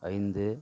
ஐந்து